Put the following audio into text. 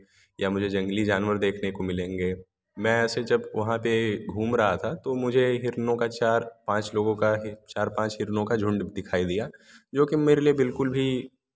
या मुझे जंगली जानवर देखने को मिलेंगे मैं ऐसे जब वहाँ पर घूम रहा था तो मुझे हिरणों का चार पाँच लोगों का चार पाँच हिरणों का झुण्ड दिखाई दिया जोकि मेरे लिए बिल्कुल भी